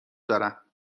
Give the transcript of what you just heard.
دارم